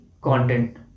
content